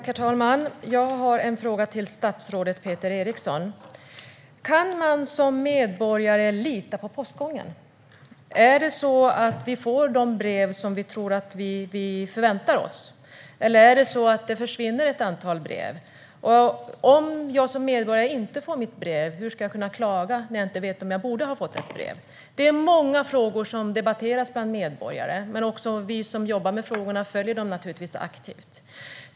Herr talman! Jag har en fråga till statsrådet Peter Eriksson. Kan man som medborgare lita på postgången? Får vi de brev vi förväntar oss få? Försvinner ett antal brev? Om jag som medborgare inte får mitt brev, hur ska jag kunna klaga när jag inte vet om jag borde ha fått ett brev? Det är många frågor som debatteras bland medborgare. Vi som jobbar med frågorna följer dessa debatter aktivt.